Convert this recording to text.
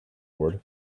bored